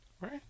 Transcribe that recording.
right